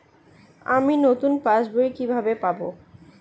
আমি নতুন passbook কিভাবে পাব?